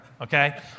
okay